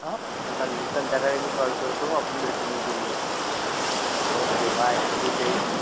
हा चालेल संध्याकाळी मी कॉल करतो आपण भेटूनच बोलूया ओके बाय गुड डे